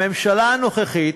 הממשלה הנוכחית,